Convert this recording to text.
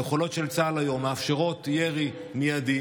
היכולות של צה"ל היום מאפשרות ירי מיידי.